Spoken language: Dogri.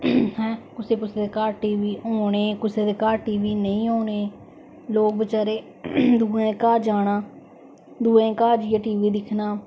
हूं है कुसे दे घार टीवी होने कुसे दे घार टीवी नेईं होने लोक बचारे दुऐं दे घार जाना दुऐं दे घर जेइये टीवी दिक्खना